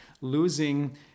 losing